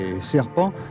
serpents